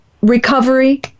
recovery